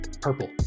purple